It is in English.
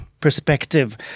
perspective